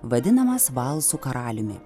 vadinamas valsų karaliumi